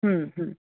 ہوں ہوں